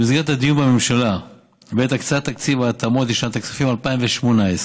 במסגרת הדיון בממשלה בעת הקצאת תקציב ההתאמות לשנת הכספים 2018,